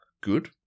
good